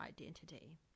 identity